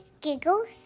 Giggles